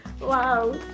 Wow